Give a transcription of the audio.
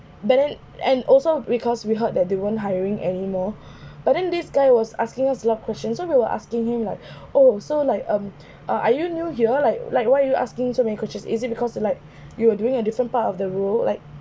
then and also because we heard that they weren't hiring anymore but then this guy was asking us a lot questions so we were asking him like oh so like um uh are you new here like like why you asking so many questions is it because you like you are doing a different part of the role like